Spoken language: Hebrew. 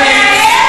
איימן.